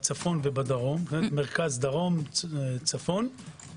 בצפון ובדרום מרכז, צפון, דרום.